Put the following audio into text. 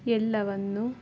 ಎಲ್ಲವನ್ನೂ